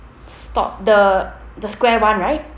stop the the square one right